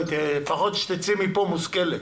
לפחות שתצאי מפה מושכלת.